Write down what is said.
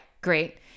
great